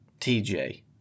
TJ